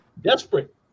desperate